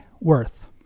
worth